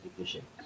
education